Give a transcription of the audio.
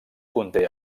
conté